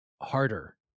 harder